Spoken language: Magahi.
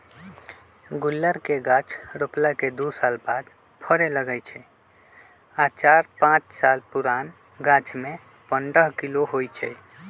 गुल्लर के गाछ रोपला के दू साल बाद फरे लगैए छइ आ चार पाच साल पुरान गाछमें पंडह किलो होइ छइ